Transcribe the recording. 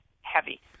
heavy